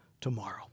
tomorrow